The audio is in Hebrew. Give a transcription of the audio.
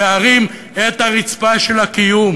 להרים את הרצפה של הקיום.